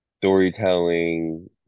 storytelling